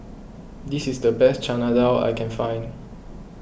this is the best Chana Dal I can find